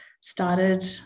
started